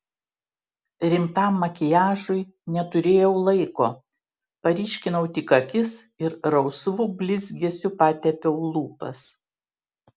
rimtam makiažui neturėjau laiko paryškinau tik akis ir rausvu blizgesiu patepiau lūpas